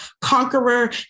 conqueror